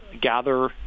gather